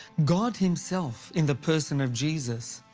god himself, in the person of jesus,